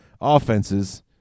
offenses